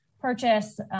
purchase